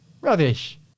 Rubbish